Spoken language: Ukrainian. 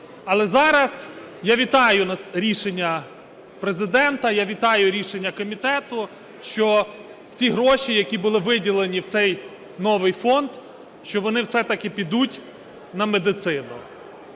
Але зараз я вітаю рішення Президента, я вітаю рішення комітету, що ці гроші, які були виділені в цей новий фонд, що вони все-таки підуть на медицину.